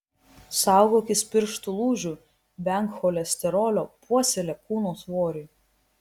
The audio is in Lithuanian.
saugokis pirštų lūžių venk cholesterolio puoselėk kūno svorį